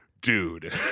Dude